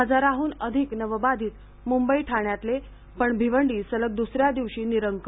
हजाराहून अधिक नवबाधित मुंबई ठाण्यातले पण भिवंडी सलग दुसऱ्या दिवशी निरंक